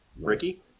Ricky